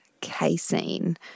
casein